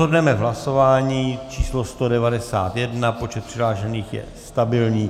Rozhodneme v hlasování číslo 191, počet přihlášených je stabilní.